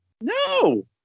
No